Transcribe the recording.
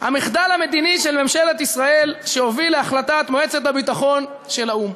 המחדל המדיני של ממשלת ישראל שהוביל להחלטת מועצת הביטחון של האו"ם.